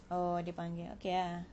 orh dia panggil okay ah